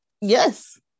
yes